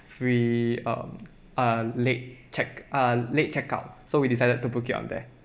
free um uh late check uh late check out so we decided to book it on there